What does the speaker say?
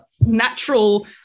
natural